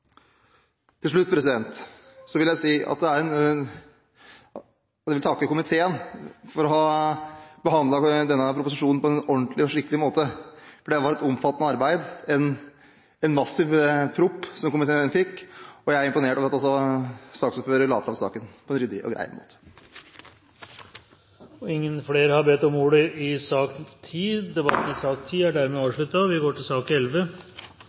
Til slutt vil jeg takke komiteen for å ha behandlet denne proposisjonen på en ordentlig og skikkelig måte. Det har vært et omfattende arbeid. Det var en massiv proposisjon som komiteen fikk, og jeg er imponert over hvordan saksordføreren la fram saken på en ryddig og grei måte. Flere har ikke bedt om ordet til sak